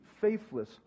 faithless